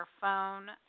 phone